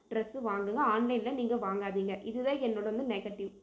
dress வாங்குங்கள் ஆன்லைனில் நீங்கள் வாங்காதிங்க இது தான் என்னோடய வந்து நெகட்டிவ்